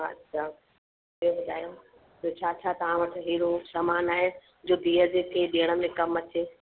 अच्छा ॿियो ॿुधायो ॿियो छा छा तव्हां वटि अहिड़ो सामान आहे जो धीउ जे हिते ॾियण में कमु अचे